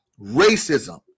racism